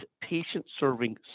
patient-serving